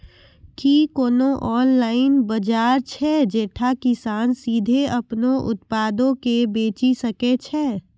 कि कोनो ऑनलाइन बजार छै जैठां किसान सीधे अपनो उत्पादो के बेची सकै छै?